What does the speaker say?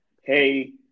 hey